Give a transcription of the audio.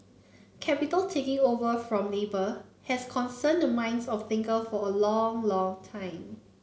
capital taking over from labour has concerned the minds of thinker for a long long time